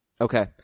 Okay